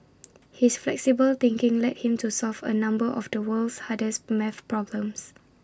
his flexible thinking led him to solve A number of the world's hardest math problems